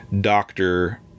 doctor